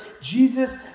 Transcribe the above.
Jesus